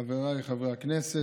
חבריי חברי הכנסת,